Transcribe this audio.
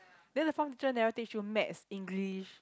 then the form teacher never teach you Maths English